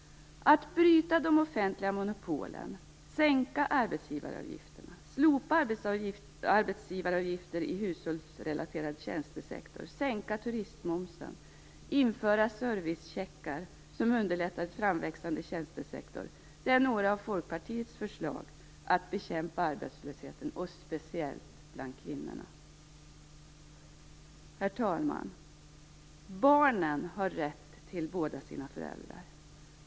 Att bryta de offentliga monopolen, sänka arbetsgivaravgifterna, slopa arbetsgivaravgifter i hushållsrelaterad tjänstesektor, sänka turistmomsen och införa servicecheckar som underlättar för en framväxande tjänstesektor är några av Folkpartiets förslag för att bekämpa arbetslösheten, speciellt bland kvinnorna. Herr talman! Barnen har rätt till båda sina föräldrar.